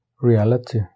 reality